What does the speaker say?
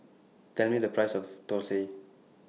Tell Me The Price of Thosai